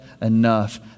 enough